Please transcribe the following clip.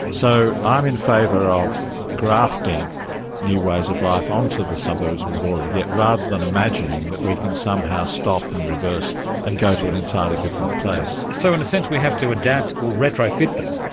so i'm in favour of grafting new ways of life onto the suburbs we've already got rather than imagining that we can somehow stop and reverse and go to an entirely different place. so in a sense we have to adapt or retrofit them.